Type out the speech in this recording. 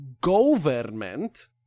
government